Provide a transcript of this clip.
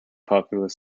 populous